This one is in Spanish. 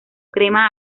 crema